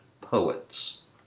poets